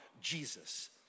Jesus